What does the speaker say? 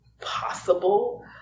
possible